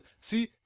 See